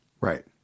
Right